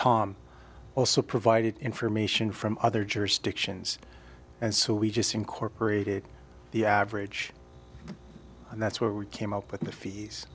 tom also provided information from other jurisdictions and so we just incorporated the average and that's what we came up with the fees